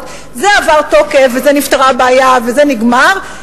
האלה זה עבר תוקף וזה נפתרה הבעיה וזה נגמר.